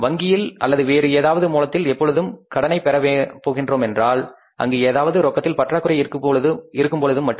வங்கியில் அல்லது வேறு ஏதாவது மூலத்தில் எப்பொழுது கடனை பெற போகின்றோம் என்றால் அங்கு ஏதாவது ரொக்கத்தில் பற்றாக்குறை இருக்கும் பொழுது மட்டும்